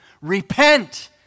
Repent